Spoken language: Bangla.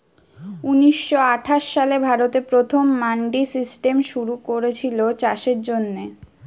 ঊনিশ শ আঠাশ সালে ভারতে প্রথম মান্ডি সিস্টেম শুরু কোরেছিল চাষের জন্যে